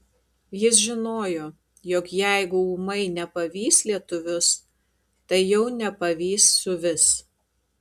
jis žinojo jog jeigu ūmai nepavys lietuvius tai jau nepavys suvis